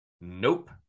Nope